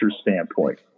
standpoint